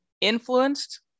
influenced